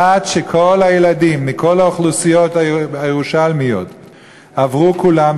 עד שכל הילדים מכל האוכלוסיות הירושלמיות עברו כולם,